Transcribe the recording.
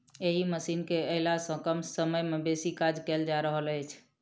एहि मशीन केअयला सॅ कम समय मे बेसी काज कयल जा रहल अछि